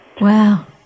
Wow